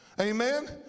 amen